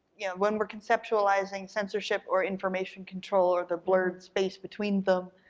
yeah when we're conceptualizing censorship or information control or the blurred space between them,